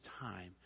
time